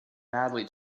badly